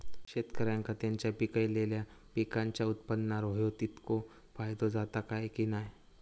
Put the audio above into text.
शेतकऱ्यांका त्यांचा पिकयलेल्या पीकांच्या उत्पन्नार होयो तितको फायदो जाता काय की नाय?